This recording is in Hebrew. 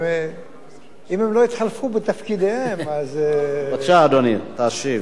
אם הם לא התחלפו בתפקידיהם, אדוני, בבקשה תשיב.